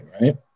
right